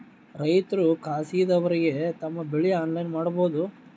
ರೈತರು ಖಾಸಗಿದವರಗೆ ತಮ್ಮ ಬೆಳಿ ಆನ್ಲೈನ್ ಮಾರಬಹುದು?